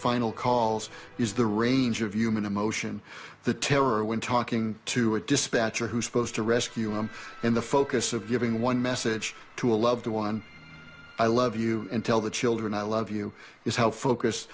final calls is the range of human emotion the terror when talking to a dispatcher who supposed to rescue him in the focus of giving one message to a loved one i love you and tell the children i love you is how focus